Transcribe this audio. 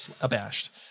abashed